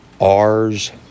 R's